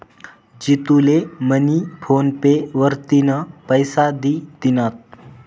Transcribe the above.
जितू ले मनी PhonePe वरतीन पैसा दि दिनात